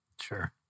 Sure